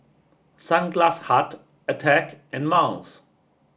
Sunglass Hut Attack and Miles